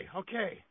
okay